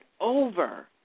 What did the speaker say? over